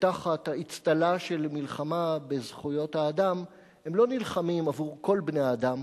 ותחת האצטלה של מלחמה בזכויות האדם הם לא נלחמים עבור כל בני-האדם